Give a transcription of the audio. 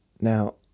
Now